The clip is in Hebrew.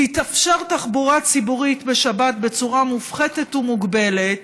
תתאפשר תחבורה ציבורית בשבת בצורה מופחתת ומוגבלת